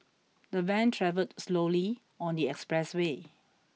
the van travelled slowly on the express way